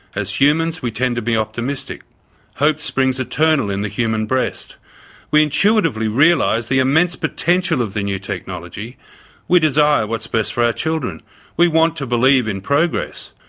as humans we tend to be optimistic hope springs eternal in the human breast we intuitively realise the immense potential of the new technology we desire what's best for our children we want to believe in progress.